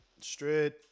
Straight